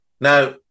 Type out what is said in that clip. Now